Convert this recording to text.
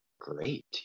great